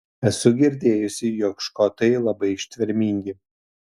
esu girdėjusi jog škotai labai ištvermingi